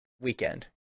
weekend